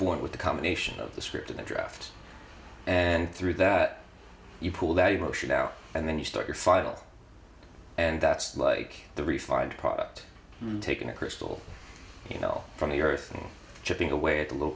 born with the combination of the script and the draft and through that you pull that emotion out and then you start your file and that's like the refined product taking a crystal ball from the earth chipping away at the little